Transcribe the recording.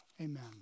amen